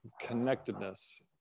connectedness